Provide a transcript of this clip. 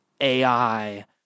AI